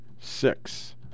six